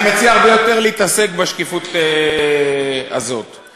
אני מציע להתעסק בשקיפות הזאת הרבה יותר.